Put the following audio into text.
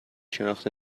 شناخته